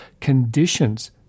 conditions